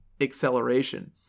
acceleration